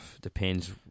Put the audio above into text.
depends